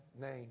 name